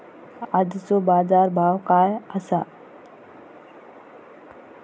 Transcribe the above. आजचो बाजार भाव काय आसा?